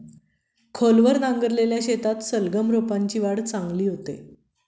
खोलवर नांगरलेल्या शेतात सलगम रोपांची वाढ चांगली होते